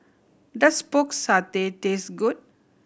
does Pork Satay taste good